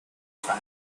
fan